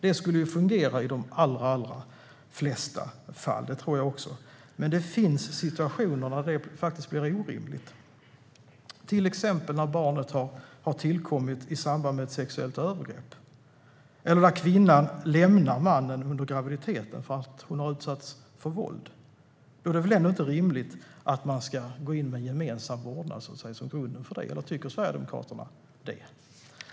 Det skulle fungera i de allra flesta fall; det tror jag också. Men det finns situationer där det faktiskt blir orimligt, till exempel när barnet har tillkommit i samband med ett sexuellt övergrepp eller om kvinnan lämnat mannen under graviditeten därför att hon utsatts för våld. Då är det väl ändå inte rimligt att de ska ha gemensam vårdnad, eller tycker Sverigedemokraterna det?